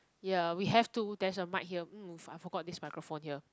ya we have to there's a mic here mm move I forgot this microphone here